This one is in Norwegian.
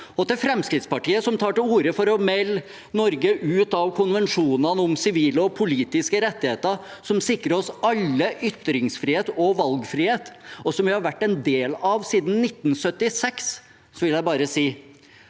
dag. Til Fremskrittspartiet, som tar til orde for å melde Norge ut av konvensjonen om sivile og politiske rettigheter, som sikrer oss alle ytringsfrihet og valgfrihet, og som vi har vært en del av siden 1976, vil jeg bare si: